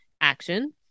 action